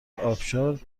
ابشار